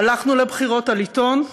הלכנו לבחירות על עיתון,